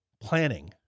planning